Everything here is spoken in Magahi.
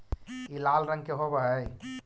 ई लाल रंग के होब हई